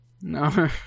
no